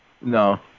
No